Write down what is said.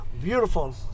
beautiful